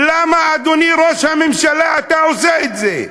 למה, אדוני ראש הממשלה, אתה עושה את זה?